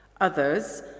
Others